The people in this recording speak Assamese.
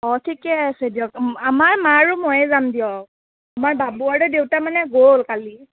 অঁ ঠিকেই আছে দিয়ক আমাৰ মা আৰু মইয়ে যাম দিয়ক আমাৰ বাবু আৰু দেউতা মানে গ'ল কালি